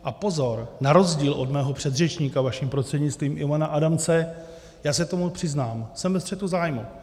A pozor, na rozdíl od mého předřečníka, vaším prostřednictvím Ivana Adamce, já se k tomu přiznám, jsem ve střetu zájmů.